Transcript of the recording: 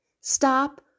stop